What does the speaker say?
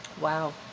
Wow